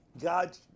God